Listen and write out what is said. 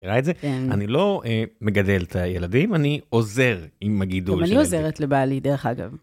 מכירה את זה? כן אני לא מגדל את הילדים, אני עוזר עם הגידול של הילדים. גם אני עוזרת לבעלי דרך אגב.